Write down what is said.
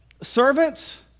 Servants